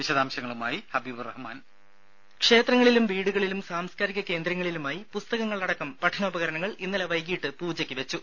വിശദാംശങ്ങളുമായി ഹബീബ് റഹ്മാൻ ടെട ക്ഷേത്രങ്ങളിലും വീടുകളിലും സാംസ്കാരിക കേന്ദ്രങ്ങളിലുമായി പുസ്തകങ്ങളടക്കം പഠനോപകരണങ്ങൾ ഇന്നലെ വൈകീട്ട് പൂജയ്ക്ക് വെച്ചു